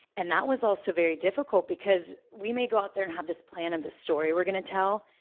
and that was also very difficult because we may got out there and have this plan of this story we're going to tell,